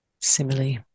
Simile